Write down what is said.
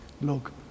look